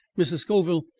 mrs. scoville,